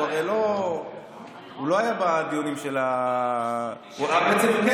הרי הוא לא היה בדיונים, בעצם הוא כן